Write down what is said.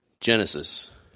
Genesis